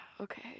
okay